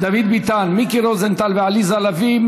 דוד ביטן, מיקי רוזנטל ועליזה לביא.